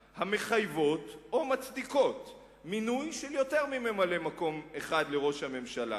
המחייבות או מצדיקות מינוי של יותר מממלא-מקום אחד לראש הממשלה.